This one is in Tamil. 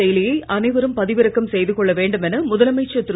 செயலியை அனைவரும் பதிவிறக்கம் செய்து கொள்ள வேண்டும் முதலமைச்சர் திரு